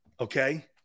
Okay